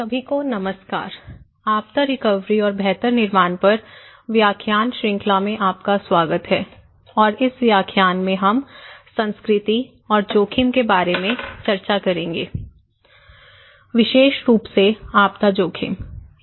सभी को नमस्कार आपदा रिकवरी और बेहतर निर्माण पर व्याख्यान श्रृंखला में आपका स्वागत है और इस व्याख्यान में हम संस्कृति और जोखिम के बारे में हम चर्चा करेंगे विशेष रूप से आपदा जोखिम